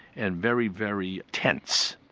and very, very tense.